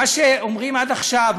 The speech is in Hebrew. מה שאומרים עד עכשיו,